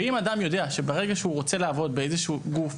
אם אדם יודע שברגע שהוא רוצה לעבוד באיזשהו גוף,